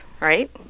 right